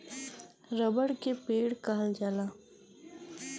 रबड़ के पेड़ कहल जाला